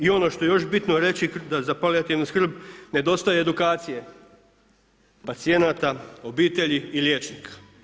I ono što je još bitno reći za palijativnu skrb nedostaje edukacije pacijenata, obitelji i liječnika.